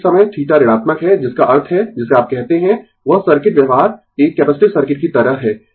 तो इस समय θ ऋणात्मक है जिसका अर्थ है जिसे आप कहते है वह सर्किट व्यवहार एक कैपेसिटिव सर्किट की तरह है